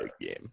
game